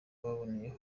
baboneyeho